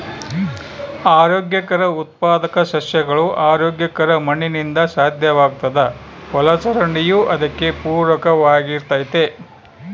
ಆರೋಗ್ಯಕರ ಉತ್ಪಾದಕ ಸಸ್ಯಗಳು ಆರೋಗ್ಯಕರ ಮಣ್ಣಿನಿಂದ ಸಾಧ್ಯವಾಗ್ತದ ಒಳಚರಂಡಿಯೂ ಅದಕ್ಕೆ ಪೂರಕವಾಗಿರ್ತತೆ